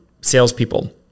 salespeople